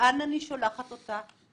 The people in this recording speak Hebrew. לאן אני שולחת אותה.